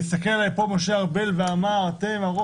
כשהסתכל עלי פה משה ארבל ואמר "אתם הרוב",